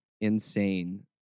insane